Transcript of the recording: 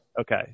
Okay